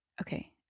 Okay